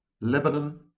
lebanon